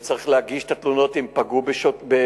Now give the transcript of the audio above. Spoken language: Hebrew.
וצריך להגיש את התלונות אם פגעו באנשים,